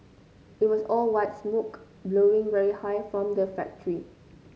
it was all white smoke blowing very high from the factory